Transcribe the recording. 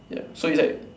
ya so it's like